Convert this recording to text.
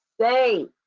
say